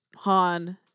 Han